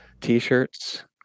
t-shirts